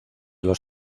los